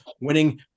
winning